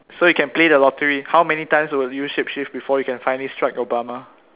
so you can play the lottery how many times would you shape shift before you can finally strike Obama